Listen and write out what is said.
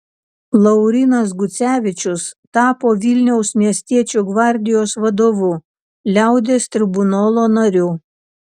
laurynas gucevičius tapo vilniaus miestiečių gvardijos vadovu liaudies tribunolo nariu